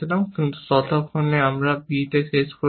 কিন্তু ততক্ষণে আমরা b এ শেষ করেছি